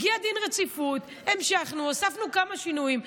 הגיע דין רציפות, המשכנו, הוספנו כמה שינויים?